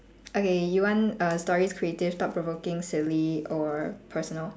okay you want err stories creative thought provoking silly or personal